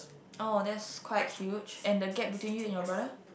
oh that's quite huge and the gap between you and your brother